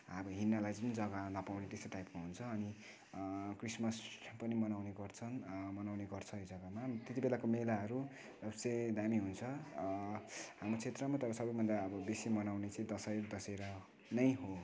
अब हिँड्नलाई पनि जग्गा नपाउने त्यस्तो टाइपको हुन्छ अनि क्रिसमस पनि मनाउने गर्छन् अँ मनाउने गर्छ यो जग्गामा त्यतिबेलाको मेलाहरू चाहिँ दामी हुन्छ हाम्रो क्षेत्रमा तर सबैभन्दा अब बेसी मनाउने चाहिँ दसैँ दसहरा नै हो